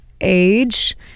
age